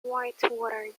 whitewater